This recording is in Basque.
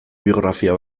biografia